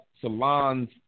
salons